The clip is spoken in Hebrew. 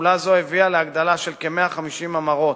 פעולה זו הביאה להגדלה של כ-150 המרות,